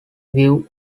view